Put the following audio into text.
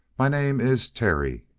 my name is terry.